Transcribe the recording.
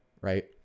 right